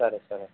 సరే సరే